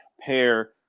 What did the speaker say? pair